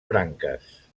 branques